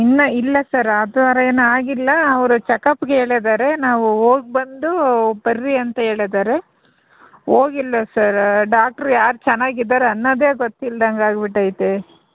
ಇನ್ನೂ ಇಲ್ಲ ಸರ್ ಆ ಥರ ಏನಾಗಿಲ್ಲ ಅವ್ರು ಚೆಕಪ್ಗೆ ಹೇಳಿದಾರೆ ನಾವು ಹೋಗ್ಬಂದು ಬನ್ರೀ ಅಂತ ಹೇಳಿದಾರೆ ಹೋಗಿಲ್ಲ ಸರ ಡಾಕ್ಟ್ರು ಯಾರು ಚೆನ್ನಾಗಿದಾರೆ ಅನ್ನೋದೇ ಗೊತ್ತಿಲ್ದಂಗೆ ಅಗ್ಬಿಟೈತೆ